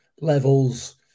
levels